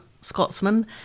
Scotsman